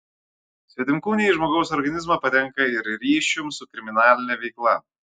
svetimkūniai į žmogaus organizmą patenka ir ryšium su kriminaline veikla